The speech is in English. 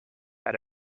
had